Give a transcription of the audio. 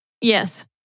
Yes